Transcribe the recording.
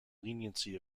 leniency